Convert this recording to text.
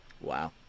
Wow